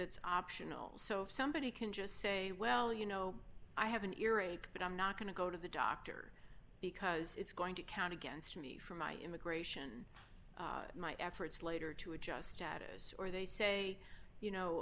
's optional so if somebody can just say well you know i have an earache but i'm not going to go to the doctor because it's going to count against me for my immigration my efforts later to adjust status or they say you know